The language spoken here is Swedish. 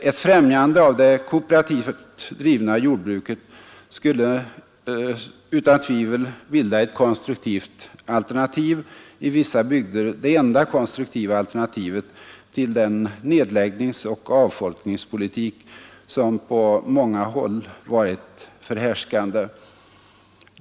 Ett främjande av det kooperativt drivna jordbruket skulle utan tvivel bilda ett konstruktivt alternativ, i vissa bygder det enda alternativet till den nedläggningsoch avfolkningspolitik som på många håll varit förhärskande.